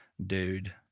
dude